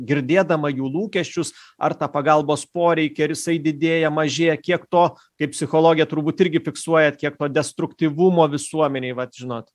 girdėdama jų lūkesčius ar tą pagalbos poreikį ar jisai didėja mažėja kiek to kaip psichologė turbūt irgi fiksuojat kiek to destruktyvumo visuomenėj vat žinot